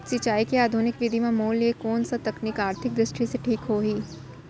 सिंचाई के आधुनिक विधि म मोर लिए कोन स तकनीक आर्थिक दृष्टि से ठीक होही?